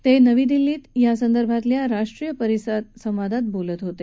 ते नवी दिल्लीत यासंदर्भातल्या राष्ट्रीय परिसवादात बोलत होते